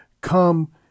come